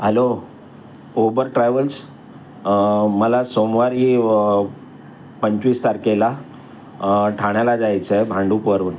hello Uber travels मला सोमवारी पंचवीस तारखेला ठाण्याला जायचं आहे भांडूपवरून